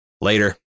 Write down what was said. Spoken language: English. later